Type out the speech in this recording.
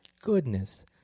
goodness